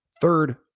third